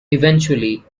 eventually